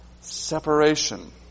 separation